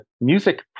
music